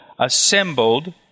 assembled